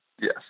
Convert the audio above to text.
yes